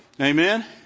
Amen